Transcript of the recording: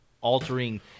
altering